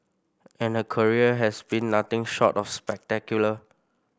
and her career has been nothing short of spectacular